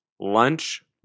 lunch